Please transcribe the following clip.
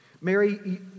Mary